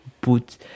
put